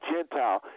Gentile